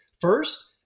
first